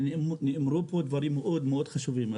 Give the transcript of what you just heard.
נאמרו פה דברים מאוד חשובים,